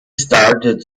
started